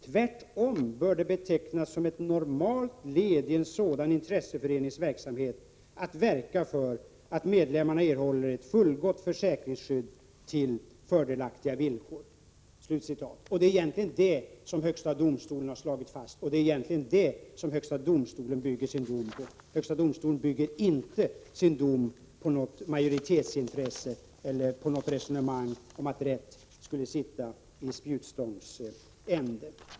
Tvärtom bör det betecknas som ett normalt led i en sådan intresseförenings verksamhet att verka för att medlemmarna erhåller ett fullgott försäkringsskydd till fördelaktiga villkor.” Det är egentligen detta som högsta domstolen har slagit fast, och det är också detta som högsta domstolen bygger sin dom på. Högsta domstolen bygger inte sin dom på något ”majoritetsintresse” eller på något resonemang om att rätt skulle sitta i spjutstångs ände.